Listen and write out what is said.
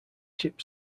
chip